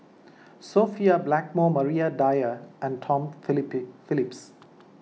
Sophia Blackmore Maria Dyer and Tom Phillip Phillips